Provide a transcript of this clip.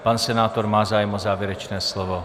Pan senátor má zájem o závěrečné slovo.